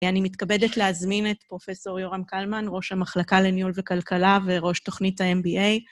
אני מתכבדת להזמין את פרופ' יורם קלמן, ראש המחלקה לניהול וכלכלה וראש תוכנית ה-MBA.